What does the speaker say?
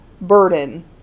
burden